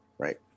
right